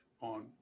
on